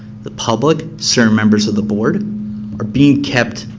the public, certain members of the board are being kept